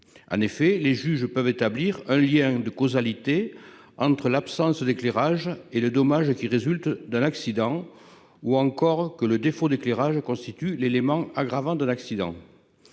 En effet, les juges peuvent soit établir un lien de causalité entre l'absence d'éclairage et le dommage résultant d'un accident soit estimer que le défaut d'éclairage constitue l'élément aggravant d'un accident.